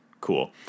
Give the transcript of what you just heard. Cool